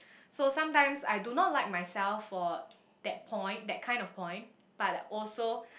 so sometimes I do not like myself for that point that kind of point but also